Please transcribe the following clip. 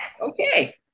okay